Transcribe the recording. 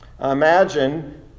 imagine